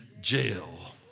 jail